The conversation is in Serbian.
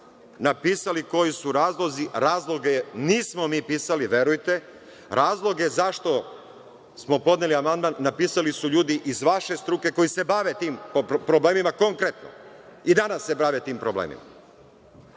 napisali koji su razlozi. Razloge nismo mi pisali, verujte. Razlog zašto smo podneli amandman napisali su ljudi iz vaše struke koji se bavi tim problemima konkretno. I danas se bave tim problemima. Trudili